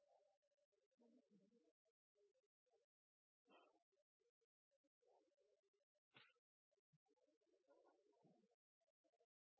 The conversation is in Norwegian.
man måtte